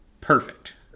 Perfect